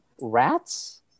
Rats